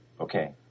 Okay